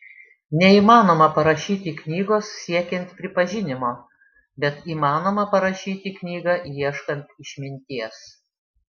neįmanoma parašyti knygos siekiant pripažinimo bet įmanoma parašyti knygą ieškant išminties